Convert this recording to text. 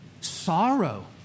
Sorrow